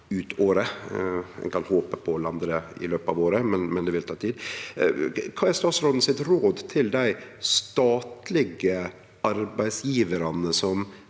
ut året. Ein kan håpe på å lande det i løpet av året, men det vil ta tid. Kva er statsråden sitt råd til dei statlege arbeidsgjevarane som